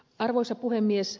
arvoisa puhemies